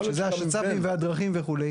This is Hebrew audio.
שזה השצ"פים והדרכים וכו'.